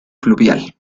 fluvial